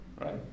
right